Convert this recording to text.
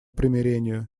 примирению